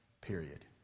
period